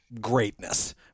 greatness